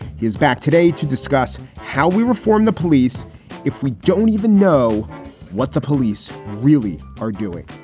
he is back today to discuss how we reform the police if we don't even know what the police really are doing.